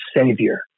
Savior